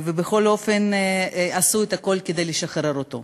ובכל אופן עשו הכול כדי לשחרר אותו.